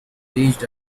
reached